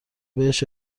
بهش